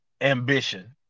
ambition